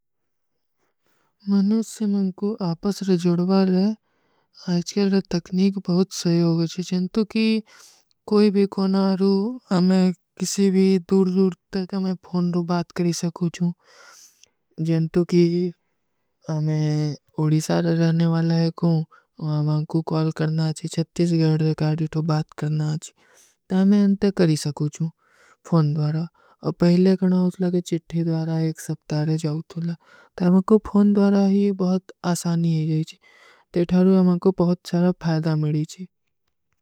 ମନୁସ୍ତେ ମୈଂକୋ ଆପସର ଜୋଡବା ରହା ହୈ। ଆଜକର ତକ୍ନୀକ ବହୁତ ସହୀ ହୋ ଗଯା ହୈ। ଜନତୋଂ କି କୋଈ ଭୀ ଖୋନାରୂ, ହମେଂ କିସୀ ଭୀ ଦୂର-ଦୂର ତରକ ହମେଂ ଫୋନରୋଂ ବାତ କରୀ ସକୂଛୂ। ଜନତୋଂ କି ହମେଂ ଓଡିସାର ରହନେ ଵାଲା ହୈ କୋ, ହମେଂ କିସୀ ବହୁତ ସହୀ ହୋ ଗଯା ହୈ। ତରକ ହମେଂ ପହନାରୋଂ ବାତ କରୀ ସକୂଛୂ। ପହଲେ କନା ଉତଲା କି ଚିଠ୍ଠୀ ଦ୍ଵାରା ଏକ ସପ୍ତାରେ ଜାଓ ତୁଲା, ତର ମୈଂକୋ ଫୋନ ଦ୍ଵାରା ହୀ ବହୁତ ଆସାନୀ ହୈ। ତେ ଥାରୋଂ ଅମାଂକୋ ବହୁତ ସାରା ଫାଯଦା ମଡୀଚୀ।